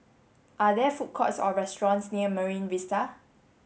are there food courts or restaurants near Marine Vista